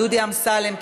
דודי אמסלם,